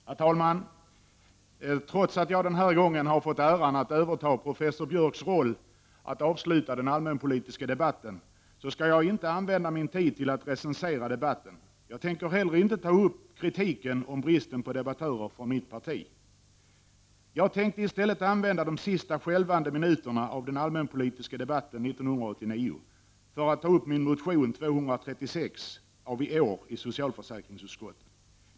Herr talman! Trots att jag denna gång har fått äran att överta professor Biörcks roll att avsluta den allmänpolitiska debatten, skall skall jag inte använda min tid till att recensera debatten. Jag tänker heller inte ta upp kritiken om bristen på debattörer från mitt parti. Jag tänkte i stället använda de sista skälvande minuterna av den allmänpolitiska debatten 1989 för att ta upp min motion nr 236 av i år i socialförsäkringsutskottet.